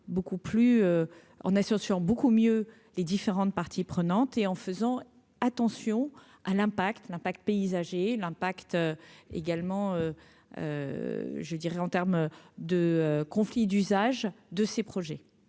en associant beaucoup mieux les différentes parties prenantes et en faisant attention à l'impact, l'impact paysager, l'impact également je dirais en terme de conflits d'usage de ces projets